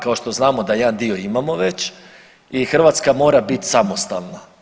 Kao što znamo da jedan dio imamo već i Hrvatska mora bit samostalna.